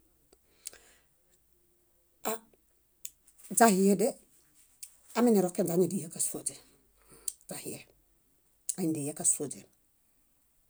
Aɂ źihiede, aminirokenźe añidianiya kásuoźe, źahie, añidianiya kásuoźe.